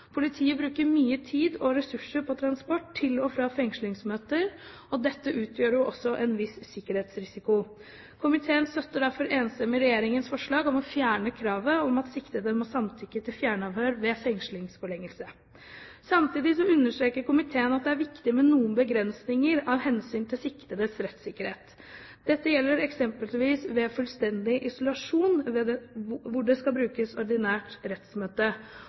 Politiet bruker mye tid og ressurser på transport til og fra fengslingsmøter, og dette utgjør jo også en viss sikkerhetsrisiko. Komiteen støtter derfor enstemmig regjeringens forslag om å fjerne kravet om at siktede må samtykke til fjernavhør ved fengslingsforlengelse. Samtidig understreker komiteen at det er viktig med noen begrensninger av hensyn til siktedes rettssikkerhet. Dette gjelder eksempelvis ved fullstendig isolasjon, hvor det skal brukes ordinært rettsmøte, og at det også skal gjennomføres ordinært rettsmøte